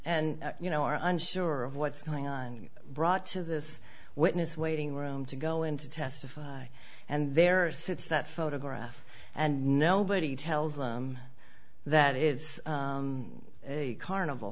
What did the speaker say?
d you know are unsure of what's going on brought to this witness waiting room to go in to testify and there are six that photograph and nobody tells them that is a carnival